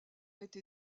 été